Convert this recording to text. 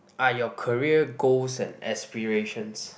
are your career goals and aspirations